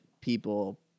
people